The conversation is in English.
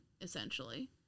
essentially